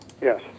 Yes